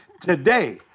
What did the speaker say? Today